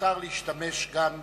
מותר להשתמש גם במטאפורות,